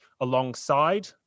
alongside